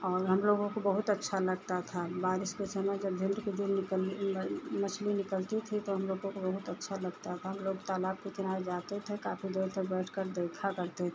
और हमलोगों को बहुत अच्छा लगता था बारिश के समय जब झुण्ड के झुण्ड मछली निकलती थी तो हमलोगों को बहुत अच्छा लगता था हमलोग तालाब के किनारे जाते थे काफ़ी देर तक बैठकर देखा करते थे